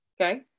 Okay